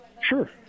Sure